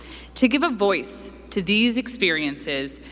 to give voice to these experiences,